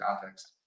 context